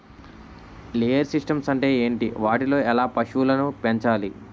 Layer systems అంటే ఏంటి? వాటిలో ఎలా పశువులను పెంచాలి?